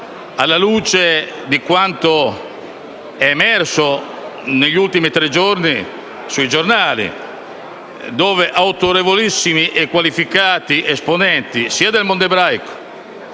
alla luce di quanto emerso negli ultimi tre giorni sui giornali, dove si sono espressi autorevolissimi e qualificati esponenti del mondo ebraico